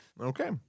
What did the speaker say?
Okay